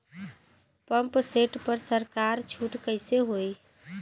Pump set पर सरकार छूट कईसे होई?